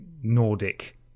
nordic